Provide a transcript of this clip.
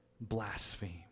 blaspheme